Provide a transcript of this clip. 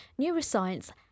neuroscience